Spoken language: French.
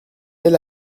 elle